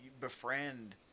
befriend